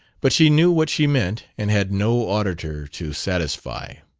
but she knew what she meant and had no auditor to satisfy.